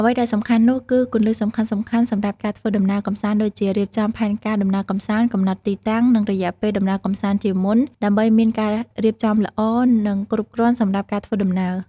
អ្វីដែលសំខាន់នោះគឺគន្លឹះសំខាន់ៗសម្រាប់ការធ្វើដំណើរកម្សាន្តដូចជារៀបចំផែនការដំណើរកំសាន្ត កំណត់ទីតាំង និងរយៈពេលដំណើរកំសាន្តជាមុន ដើម្បីមាន ការរៀបចំល្អ និងគ្រប់គ្រាន់សម្រាប់ការធ្វើដំណើរ។